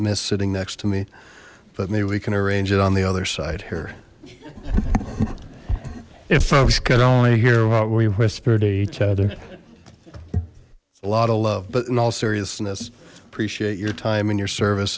miss sitting next to me but maybe we can arrange it on the other side here if folks can only hear what we whisper to each other a lot of love but in all seriousness appreciate your time and your service